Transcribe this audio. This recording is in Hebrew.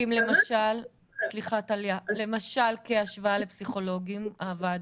סליחה טליה, למשל כהשוואה לפסיכולוגים הוועדות?